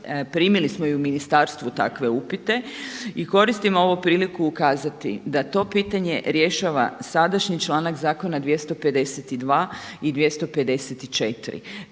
Primili smo i u ministarstvu takve upite i koristim ovu priliku ukazati da to pitanje rješava sadašnji članak zakona 252. i 254.